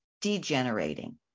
degenerating